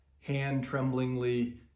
hand-tremblingly